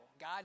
God